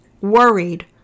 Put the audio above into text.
worried